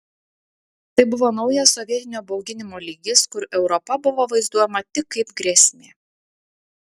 tai buvo naujas sovietinio bauginimo lygis kur europa buvo vaizduojama tik kaip grėsmė